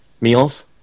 meals